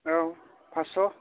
औ फासस'